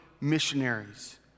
missionaries